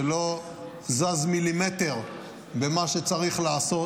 שלא זזו מילימטר במה שצריך לעשות,